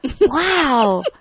wow